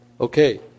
Okay